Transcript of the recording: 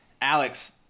Alex